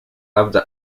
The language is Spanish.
abd